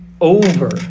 over